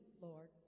Lord